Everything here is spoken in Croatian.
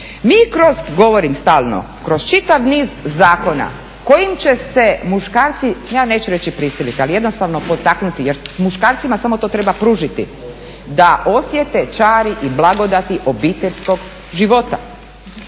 Mi kroz, govorim stalno, kroz čitav niz zakona kojim će se muškarci, ja neću reći prisiliti, ali jednostavno potaknuti jer muškarcima samo to treba pružiti da osjete čari i blagodati obiteljskog života.